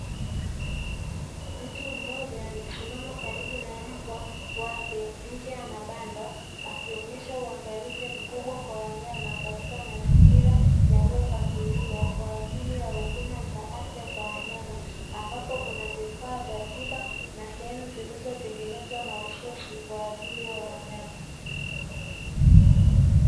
Mtu mmoja amesimama karibu na mbwa wake nje ya mabanda, akionyesha uangalizi mkubwa kwa wanyama katika mazingira yaliyopangiliwa kwa ajili ya huduma za afya za wanyama, ambapo kuna vifaa vya tiba na sehemu zilizotengenezwa mahususi kwa ajili ya wanyama.